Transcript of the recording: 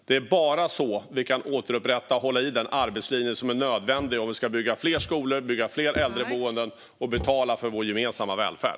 Det är bara så vi kan återupprätta och hålla i den arbetslinje som är nödvändig om vi ska kunna bygga fler skolor och fler äldreboenden samt betala för vår gemensamma välfärd.